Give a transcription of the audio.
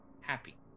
Happy